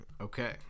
Okay